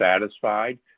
satisfied